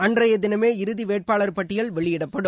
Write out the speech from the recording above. அன்றைய தினமே இறதி வேட்பாளர் பட்டியல் வெளியிடப்படும்